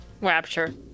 Rapture